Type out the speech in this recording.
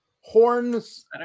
horns